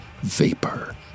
vapor